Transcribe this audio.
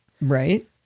Right